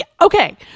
okay